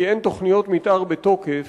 כי אין תוכניות מיתאר בתוקף,